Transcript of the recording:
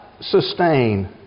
sustain